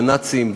בנאצים,